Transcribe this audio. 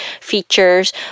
features